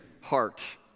heart